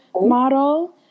model